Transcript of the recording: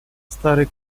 старый